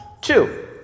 Two